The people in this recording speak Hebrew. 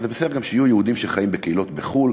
וזה גם בסדר שיהיו יהודים שחיים בקהילות בחו"ל,